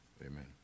amen